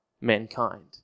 mankind